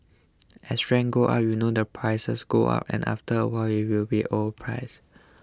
as rents go up you know the prices go up and after a while we'll be overpriced